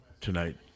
tonight